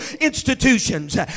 institutions